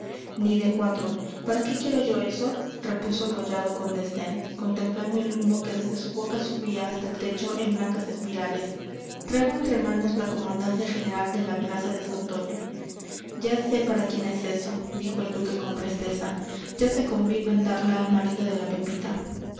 ni de cuatro para qué quiero yo eso repuso collado con desdén contemplando el humo que desde su boca subía hasta el techo en blancas espirales traigo entre manos la comandancia general de la plaza de santoña ya sé para quién es eso dijo el duque con presteza ya se convino en darla al marido de la pepita